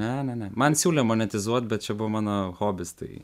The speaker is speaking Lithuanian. ne ne ne man siūlė monetizuot bet čia buvo mano hobis tai